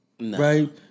Right